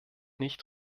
nicht